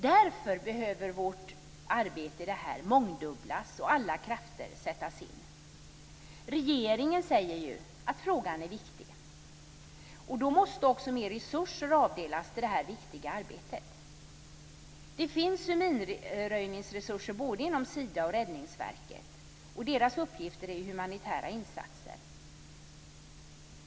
Därför behöver vårt arbete med detta mångdubblas och alla krafter sättas in. Regeringen säger att frågan är viktig. Då måste också mer resurser avdelas till det här viktiga arbetet. Det finns minröjningsresurser både inom Sida och Räddningsverket. Deras uppgifter är ju humanitära insatser.